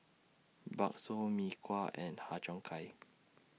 Bakso Mee Kuah and Har Cheong Gai